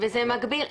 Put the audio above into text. וזה מגביל,